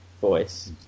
voice